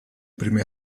prime